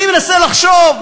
אני מנסה לחשוב,